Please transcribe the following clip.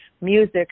music